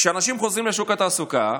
כשאנשים חוזרים לשוק התעסוקה,